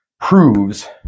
proves